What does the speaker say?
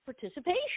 participation